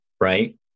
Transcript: right